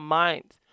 minds